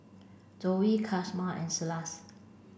Zoa Casimer and Silas